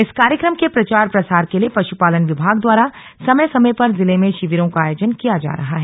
इस कार्यक्रम के प्रचार प्रसार के लिए पशुपालन विभाग द्वारा समय समय पर जिले में शिविरों का आयोजन किया जा रहा है